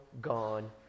gone